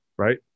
right